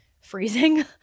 freezing